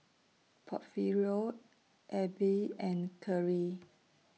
Porfirio Abbey and Kerri